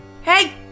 Hey